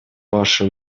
ваши